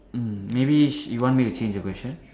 mm maybe you want me to change the question